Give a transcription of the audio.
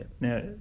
Now